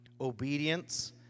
obedience